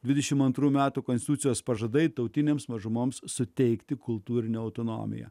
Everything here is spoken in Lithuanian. dvidešimt antrų metų konstitucijos pažadai tautinėms mažumoms suteikti kultūrinę autonomiją